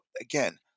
again